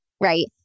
right